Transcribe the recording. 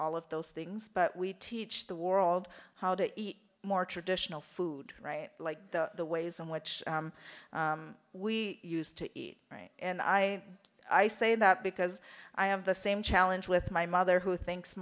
all of those things but we teach the world how to eat more traditional food right like the ways in which we used to eat and i i say that because i have the same challenge with my mother who thinks